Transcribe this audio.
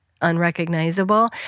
unrecognizable